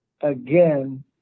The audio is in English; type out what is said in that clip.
Again